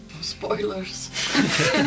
Spoilers